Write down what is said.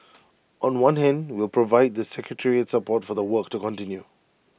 on one hand we'll provide the secretariat support for the work to continue